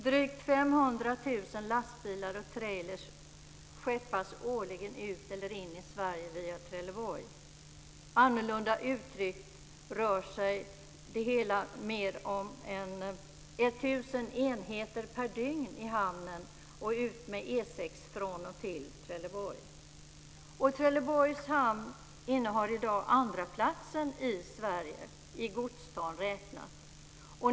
Drygt 500 000 lastbilar och trailrar skeppas årligen ut eller in i Sverige via Trelleborg. Annorlunda uttryckt rör sig det hela om 1 000 enheter per dygn i hamnen och utmed E 6 till och från Trelleborg. Trelleborgs hamn innehar i dag andraplatsen i Sverige i godstal räknat.